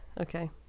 Okay